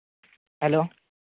hello